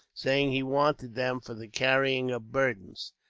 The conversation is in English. saying he wanted them for the carrying of burdens.